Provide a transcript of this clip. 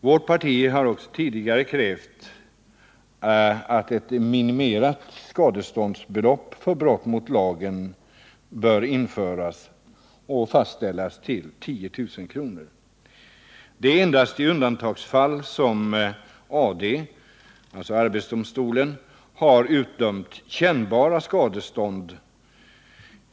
Vårt parti har också tidigare krävt att ett minimerat skadeståndsbelopp för brott mot lagen skall införas och fastställas till 10 000 kr. Det är endast i undantagsfall som arbetsdomstolen har utdömt kännbara skadestånd.